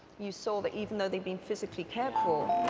you saw that even though they've been physically cared-for,